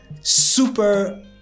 super